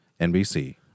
NBC